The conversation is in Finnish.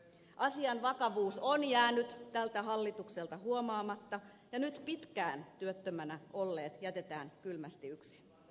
asian vakavuus on jäänyt tältä hallitukselta huomaamatta ja nyt pitkään työttömänä olleet jätetään kylmästi yksin